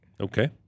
Okay